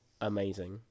amazing